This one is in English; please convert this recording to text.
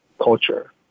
culture